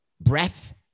breath